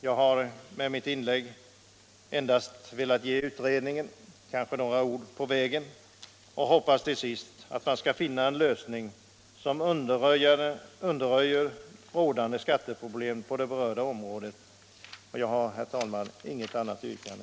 Jag har med mitt inlägg endast velat ge utredningen några ord på vägen och hoppas till sist att man kommer att finna en lösning, som undanröjer de på det här området rådande skatteproblemen. Jag har, herr talman, inget särskilt yrkande.